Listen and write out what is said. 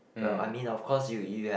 well I mean of course you you have